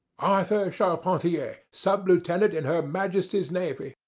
arthur charpentier, sub-lieutenant in her majesty's navy,